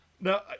No